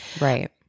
Right